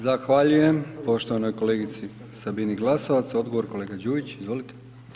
Zahvaljujem poštovanoj kolegici Sabini Glasovac, odgovor kolega Đujić, izvolite.